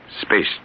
space